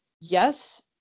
yes